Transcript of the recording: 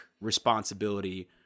responsibility